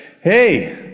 hey